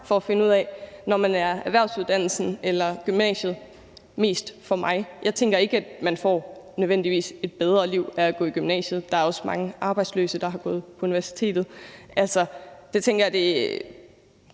for at finde ud af, om en erhvervsuddannelse eller en gymnasieuddannelse mest er noget for en. Jeg tænker ikke, at man nødvendigvis får et bedre liv af at gå i gymnasiet. Der er også mange arbejdsløse, der har gået på universitetet. Der tænker jeg, at